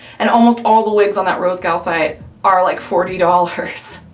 and almost all the wigs on that rosegal site are like forty dollars.